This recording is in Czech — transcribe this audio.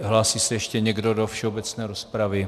Hlásí se ještě někdo do všeobecné rozpravy?